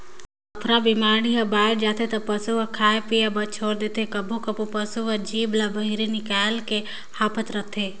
अफरा बेमारी ह बाड़ जाथे त पसू ह खाए पिए बर छोर देथे, कभों कभों पसू हर जीभ ल बहिरे निकायल के हांफत रथे